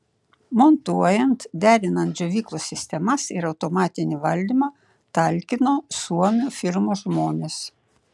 montuojant derinant džiovyklos sistemas ir automatinį valdymą talkino suomių firmos žmonės